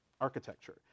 architecture